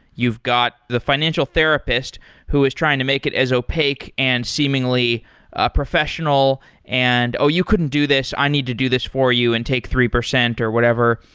you've got the financial therapist who is trying to make it as opaque and seemingly professional and, oh, you couldn't do this. i need to do this for you and take three percent or whatever.